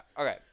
okay